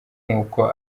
nkuko